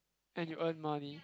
and you earn money